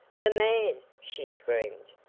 the man! she screamed.